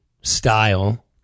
style